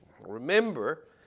Remember